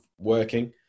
working